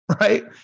right